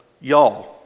y'all